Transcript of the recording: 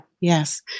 Yes